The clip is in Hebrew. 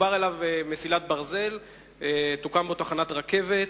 תחובר מסילת ברזל ותוקם בו תחנת רכבת.